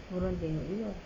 orang tengok juga